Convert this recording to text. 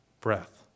breath